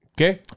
Okay